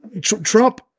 Trump